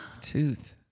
Tooth